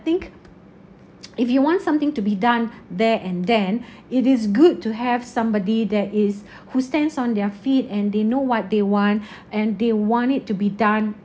think if you want something to be done there and then it is good to have somebody that is who stands on their feet and they know what they want and they want it to be done